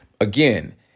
again